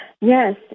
Yes